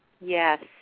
Yes